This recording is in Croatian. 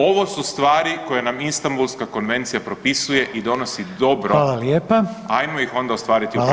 Ovo su stvari koje nam Istambulska konvencija propisuje i donosi [[Upadica: Hvala lijepa.]] dobro, ajmo ih onda ostvariti u praksi.